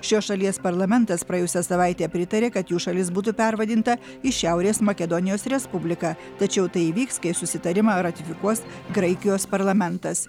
šios šalies parlamentas praėjusią savaitę pritarė kad jų šalis būtų pervadinta į šiaurės makedonijos respubliką tačiau tai įvyks kai susitarimą ratifikuos graikijos parlamentas